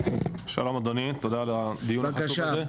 שלום אדוני, תודה על הדיון החשוב הזה.